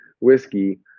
whiskey